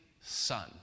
son